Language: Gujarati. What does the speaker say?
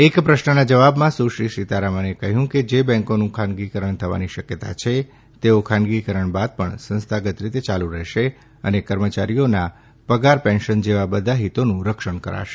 એક પ્રશ્નના જવાબમાં સુશ્રી સિતારમણે કહ્યું કે જે બેંકોનું ખાનગીકરણ થવાની શક્યતા છે તેઓ ખાનગીકરણ બાદ પણ સંસ્થાગત રીતે યાલુ રહેશે અને કર્મચારીઓના પગાર પેન્શન જેવા બધા હિતોનું રક્ષણ કરાશે